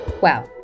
Wow